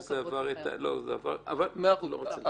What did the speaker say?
אני חושב שזה עבר את אני לא רוצה להיכנס.